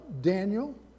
Daniel